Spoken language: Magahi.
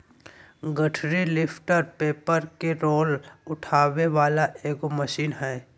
गठरी लिफ्टर पेपर के रोल उठावे वाला एगो मशीन हइ